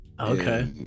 okay